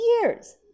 years